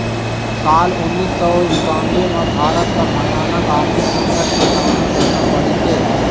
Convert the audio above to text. साल उन्नीस सौ इन्कानबें म भारत ल भयानक आरथिक संकट के सामना करना पड़िस हे